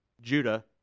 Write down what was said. Judah